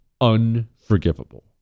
unforgivable